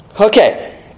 Okay